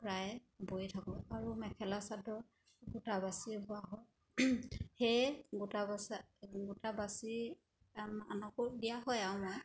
প্ৰায়ে বৈ থাকোঁ আৰু মেখেলা চাদৰ গোটা বাছি হোৱা সেয়ে গোটা বাচা গোটা বাছি আন আনকো দিয়া হয় আৰু মই